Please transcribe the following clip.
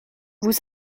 vous